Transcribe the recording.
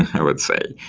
i would say.